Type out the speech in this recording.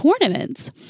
tournaments